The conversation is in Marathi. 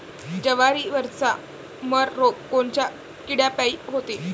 जवारीवरचा मर रोग कोनच्या किड्यापायी होते?